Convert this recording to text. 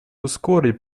ускорить